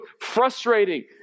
frustrating